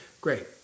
Great